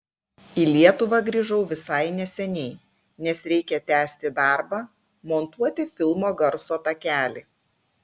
į lietuvą grįžau visai neseniai nes reikia tęsti darbą montuoti filmo garso takelį